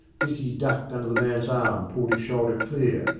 dicky ducked under the man's arm, pulled his shoulder clear,